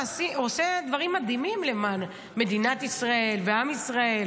עושה דברים מדהימים למען מדינת ישראל ועם ישראל,